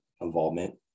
involvement